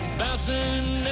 bouncing